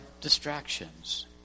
distractions